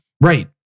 Right